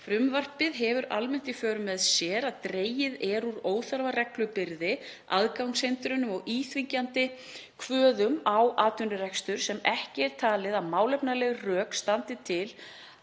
Frumvarpið hefur almennt í för með sér að dregið er úr óþarfa reglubyrði, aðgangshindrunum og íþyngjandi kvöðum á atvinnurekstur sem ekki er talið að málefnaleg rök standi til að